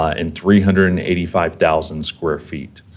ah and three hundred and eighty five thousand square feet.